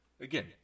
Again